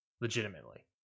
legitimately